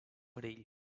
perill